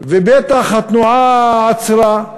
ובטח התנועה עצרה,